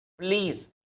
please